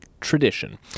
tradition